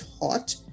hot